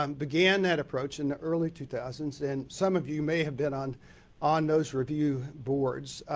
um began that approach in the early two thousands and some of you may have been on on those review boards.